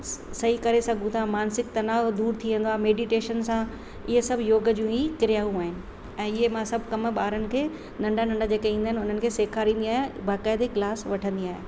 सही करे सघूं था मानसिक तनाव दूरि थी वेंदो आहे मैडिटेशन सां इहे सभु योग जूं ई क्रियाऊं आहिनि ऐं ईअं मां सभु कम ॿारनि खे नंढा नंढा जेके ईंदा आहिनि हुननि खे सेखारिंदी आहियां बकाइदे क्लास वठंदी आहियां